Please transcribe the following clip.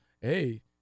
Hey